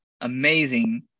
amazing